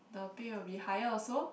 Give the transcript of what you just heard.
the pay will be higher also